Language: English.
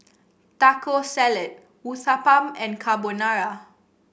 Taco Salad Uthapam and Carbonara